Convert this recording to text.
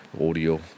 audio